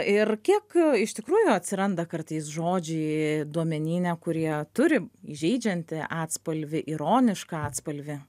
ir kiek iš tikrųjų atsiranda kartais žodžiai duomenyne kurie turi įžeidžiantį atspalvį ironišką atspalvį